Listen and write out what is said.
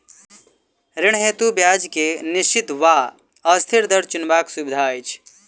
ऋण हेतु ब्याज केँ निश्चित वा अस्थिर दर चुनबाक सुविधा अछि